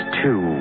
two